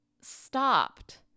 stopped